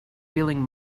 feeling